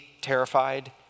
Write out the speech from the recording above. terrified